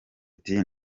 ati